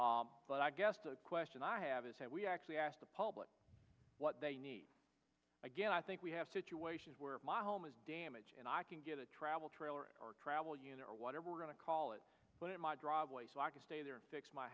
about but i guess the question i have is have we actually asked the public what they need again i think we have situations where my home is damaged and i can get a travel trailer or travel or whatever we're going to call it but my driveway so i can stay there and fix my